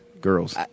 Girls